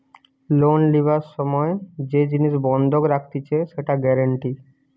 loan লিবার সময় যে জিনিস বন্ধক রাখতিছে সেটা গ্যারান্টি